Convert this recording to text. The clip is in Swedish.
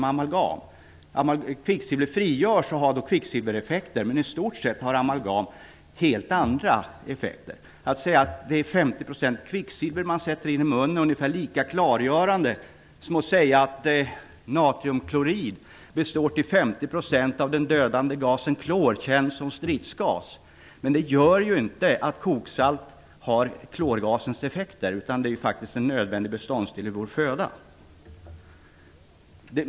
Det kvicksilver som frigörs har kvicksilvereffekter, men i stort sett har amalgam helt andra effekter. Att säga att man sätter in 50 % kvicksilver i munnen är ungefär lika klargörande som att säga att natriumklorid till 50 % består av den dödande gasen klor, känd som stridsgas. Koksalt har ju inte klorgasens effekter. Det är faktiskt en nödvändig beståndsdel i vår föda.